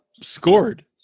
scored